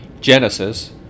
Genesis